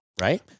right